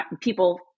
people